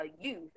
youth